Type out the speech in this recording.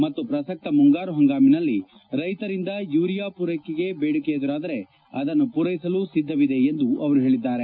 ಮತ್ತು ಪ್ರಸಕ್ತ ಮುಂಗಾರು ಹಂಗಾಮಿನಲ್ಲಿ ರೈತರಿಂದ ಯೂರಿಯಾ ಪೂರೈಕೆಗೆ ಬೇಡಿಕೆ ಎದುರಾದರೆ ಅದನ್ನು ಪೂರೈಸಲು ಸಿದ್ದವಿದೆ ಎಂದು ಅವರು ಹೇಳಿದ್ದಾರೆ